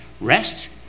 Rest